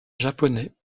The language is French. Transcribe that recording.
japonais